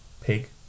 pig